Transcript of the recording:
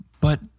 but-